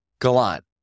Gallant